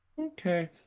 Okay